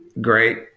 great